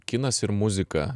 kinas ir muzika